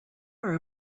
are